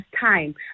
time